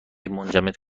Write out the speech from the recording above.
منجمد